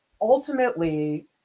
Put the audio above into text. ultimately